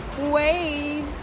wave